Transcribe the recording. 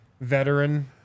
veteran